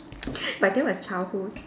but that was childhood